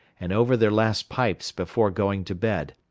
and over their last pipes before going to bed,